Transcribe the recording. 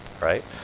right